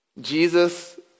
Jesus